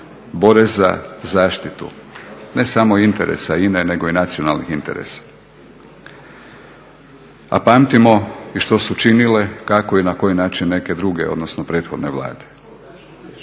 bore za zaštitu ne samo interesa INA-e nego i nacionalnih interesa, a pamtimo i što su činile, kako i na koji način neke druge odnosno prethodne Vlade.